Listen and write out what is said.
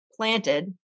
Planted